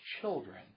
children